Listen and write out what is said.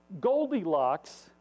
Goldilocks